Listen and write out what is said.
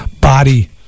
body